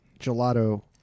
gelato